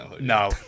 no